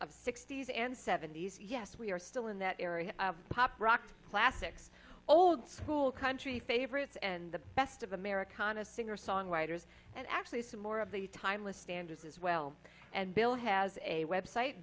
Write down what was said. of sixty's and seventy's yes we are still in that area of pop rock classic old school country favorites and the best of americana singer songwriters and actually some more of the timeless standards as well and bill has a web site